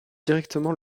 directement